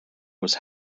was